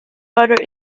butter